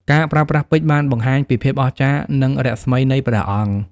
ការប្រើប្រាស់ពេជ្របានបង្ហាញពីភាពអស្ចារ្យនិងរស្មីនៃព្រះអង្គ។